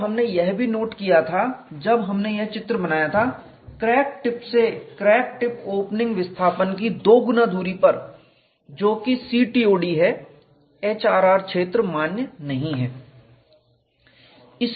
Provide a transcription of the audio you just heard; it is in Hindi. और हमने यह भी नोट किया था जब हमने यह चित्र बनाया था क्रैक टिप से क्रैक टिप ओपनिंग विस्थापन की दोगुना दूरी पर जो कि CTOD है HRR क्षेत्र मान्य नहीं है